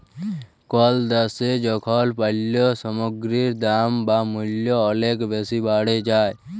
call দ্যাশে যখল পল্য সামগ্গির দাম বা মূল্য অলেক বেসি বাড়ে যায়